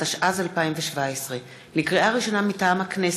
התשע"ז 2017. לקריאה ראשונה, מטעם הכנסת: